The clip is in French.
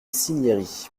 cinieri